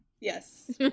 Yes